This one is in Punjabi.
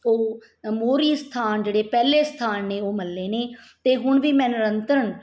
ਉਹ ਮੋਹਰੀ ਸਥਾਨ ਜਿਹੜੇ ਪਹਿਲੇ ਸਥਾਨ ਨੇ ਉਹ ਮੱਲੇ ਨੇ ਅਤੇ ਹੁਣ ਵੀ ਮੈਂ ਨਿਰੰਤਰ